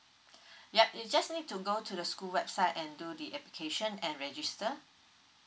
yup you just need to go to the school website and do the application and register